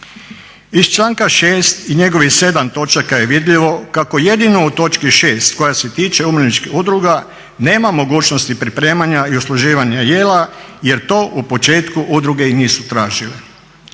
Iz članka 6. i njegovih 7 točaka je vidljivo kako jedino u točki 6. koja se tiče umirovljeničkih udruga nema mogućnosti pripremanja i usluživanja jela jer to u početku udruge i nisu tražile.